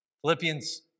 Philippians